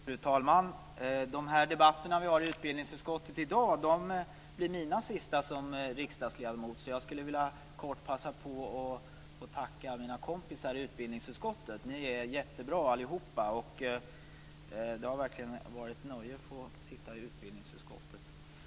Fru talman! De debatter som vi i dag för om utbildningsutskottets betänkanden blir mina sista som riksdagsledamot. Jag skall därför kortfattat passa på att tacka mina kompisar i utbildningsutskottet. Ni är jättebra allihop, och det har verkligen varit ett nöje att få sitta i utbildningsutskottet.